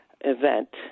event